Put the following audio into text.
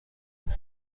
بودن